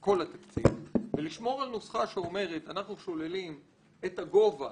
כל התקציב ולשמור על נוסחה שאומרת: אנחנו שוללים את הגובה